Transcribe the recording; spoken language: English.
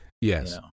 Yes